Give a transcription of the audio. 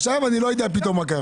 עכשיו אני לא יודע פתאום מה קרה.